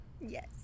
yes